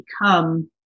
become